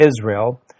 Israel